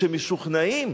שמשוכנעים,